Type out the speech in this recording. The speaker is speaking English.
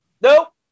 Nope